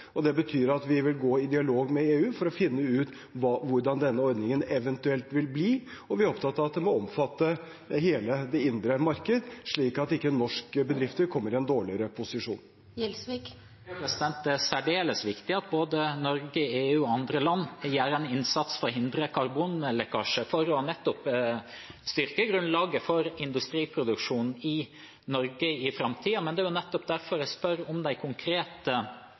Det betyr at vi vil gå i dialog med EU for å finne ut hvordan denne ordningen eventuelt vil bli, og vi er opptatt av at det må omfatte hele det indre marked, slik at ikke norske bedrifter kommer i en dårligere posisjon. Det er særdeles viktig at både Norge, EU og andre land gjør en innsats for å hindre karbonlekkasje, for å styrke grunnlaget for industriproduksjon i Norge i framtiden. Det er nettopp derfor jeg spør om de konkrete